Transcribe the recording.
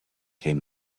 came